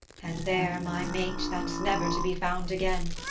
and there my mate, that's never to be found again,